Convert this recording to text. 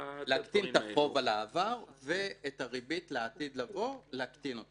להקטין את החוב על העבר ולהקטין את